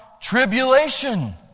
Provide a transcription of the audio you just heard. tribulation